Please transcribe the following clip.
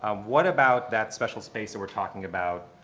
ah what about that special space that we're talking about